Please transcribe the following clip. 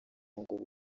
ngo